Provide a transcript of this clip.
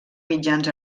mitjans